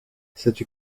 cette